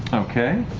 okay.